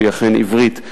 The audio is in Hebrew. שהיא אכן עברית,